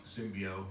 Symbio